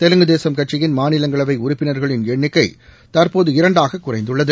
தெலுங்கு தேசம் கட்சியின் மாநிலங்களவை உறுப்பினர்களின் எண்ணிக்கை தற்போது இரண்டாக குறைந்துள்ளது